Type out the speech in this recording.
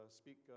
speak